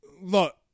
look